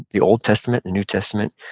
the old testament, the new testament,